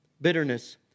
bitterness